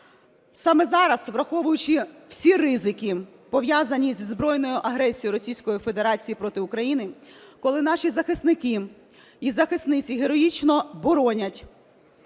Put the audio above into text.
Саме зараз, враховуючи всі ризики, пов'язані зі збройною агресією Російської Федерації проти України, коли наші захисники і захисниці героїчно боронять